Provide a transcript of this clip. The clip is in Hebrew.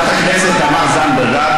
חברת הכנסת תמר זנדברג,